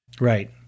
Right